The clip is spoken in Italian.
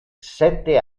sette